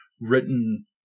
written